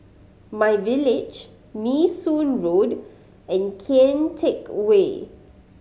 MyVillage Nee Soon Road and Kian Teck Way